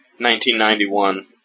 1991